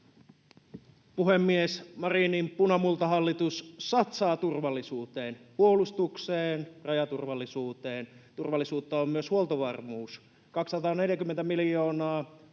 puhemies! Marinin punamultahallitus satsaa turvallisuuteen, puolustukseen, rajaturvallisuuteen. Turvallisuutta on myös huoltovarmuus: 240 miljoonaa,